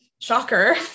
Shocker